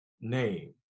name